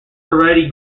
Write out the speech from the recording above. haredi